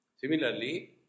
Similarly